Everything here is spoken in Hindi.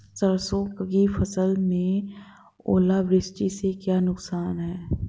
सरसों की फसल में ओलावृष्टि से क्या नुकसान है?